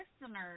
listeners